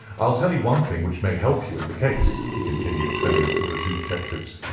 i'll tell you one thing which may help you in the case, he continued, turning to the two detectives.